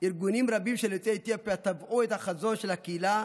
ארגונים רבים של יוצאי אתיופיה טבעו את החזון של הקהילה,